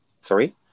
Sorry